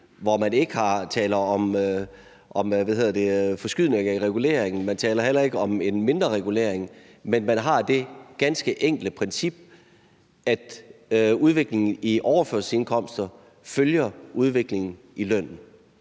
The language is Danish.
hvor man ikke taler om forskydninger i reguleringen, man taler heller ikke om en mindreregulering, men man har det ganske enkle princip, at udviklingen i overførselsindkomster følger udviklingen i lønnen.